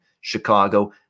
Chicago